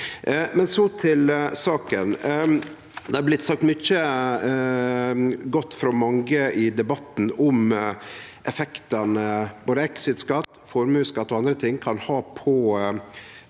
nok. Så til saka: Det er blitt sagt mykje godt frå mange i debatten om effektane både exit-skatt, formuesskatt og andre ting kan ha på